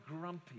grumpy